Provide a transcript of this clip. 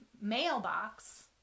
mailbox